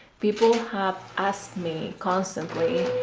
people have asked me constantly.